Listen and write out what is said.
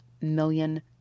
million